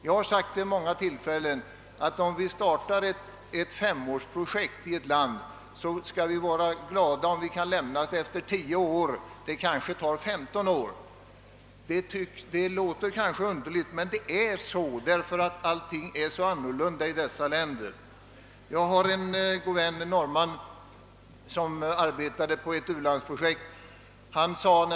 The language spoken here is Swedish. Jag har vid många tillfällen sagt att om vi startar ett femårsprojekt inom ett land, bör vi vara glada om vi kan lämna detta projekt efter 10 år — det kan även ta 15 år. Det låter kanske underligt, men allt är så annorlunda i dessa länder. Jag har en god vän, en norrman, som har arbetat på ett u-landsprojekt.